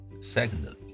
Secondly